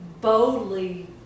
boldly